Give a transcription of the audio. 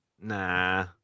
Nah